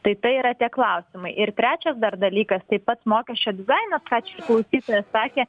tai tai yra tie klausimai ir trečias dar dalykas taip pat mokesčio dizainas ką čia ir klausytojas sakė